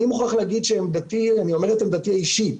אני אומר את עמדתי האישית.